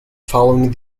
following